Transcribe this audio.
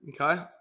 Okay